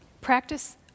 Practice